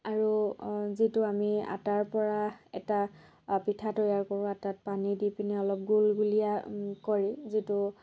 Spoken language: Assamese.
আৰু যিটো আমি আটাৰ পৰা এটা পিঠা তৈয়াৰ কৰোঁ আটাত পানী দি পিনে অলপ গুলগুলীয়া কৰি যিটো